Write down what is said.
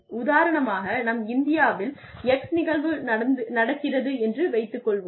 உதாரணமாக நம் இந்தியாவில் Z நிகழ்வு நடந்துகிறது என்று வைத்துக் கொள்வோம்